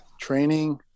training